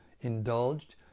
indulged